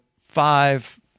five